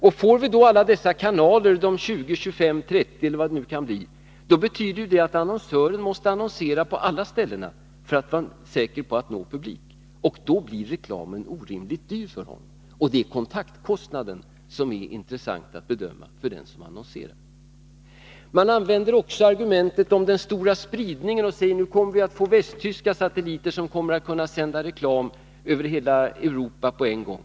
Om vi får 20-30 kanaler — eller hur många det nu kan bli fråga om — betyder det att annonsören måste annonsera på alla ställen för att vara säker på att nå publiken. Då blir reklamen orimligt dyr. Det är kontaktkostnaden som det är intressant att bedöma för den som annonserar. Vidare använder man sig av ett annat argument, den stora spridningen. Man säger: Nu kommer vi att få västtyska satelliter som kommer att kunna sända reklam över hela Europa på en gång.